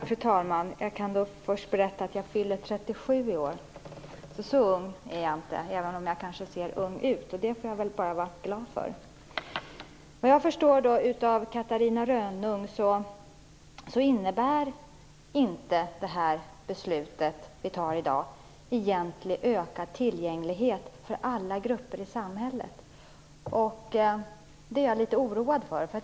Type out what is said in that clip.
Fru talman! Jag fyller 37 i år, så särskilt ung är jag inte, även om jag kanske ser ung ut. Det får jag väl bara vara glad för. Av det Catarina Rönnung säger förstår jag att beslutet vi fattar i dag inte innebär någon egentlig ökad tillgänglighet för alla grupper i samhället. Det är jag orolig för.